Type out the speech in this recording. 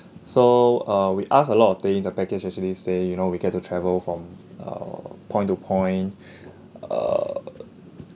so uh we ask a lot of thing the package actually say you know we get to travel from err point to point err